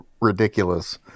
ridiculous